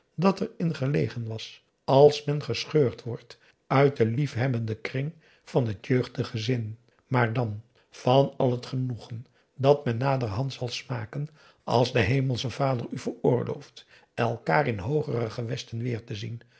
dat er in gelegen was als men gescheurd wordt uit den liefhebbenden kring van het jeugdig gezin maar dan van al het genoegen dat men naderhand zal smaken als de hemelsche vader u veroorlooft elkaar in hoogere gewesten weêr te zien